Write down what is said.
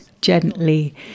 gently